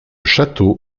château